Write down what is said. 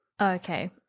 Okay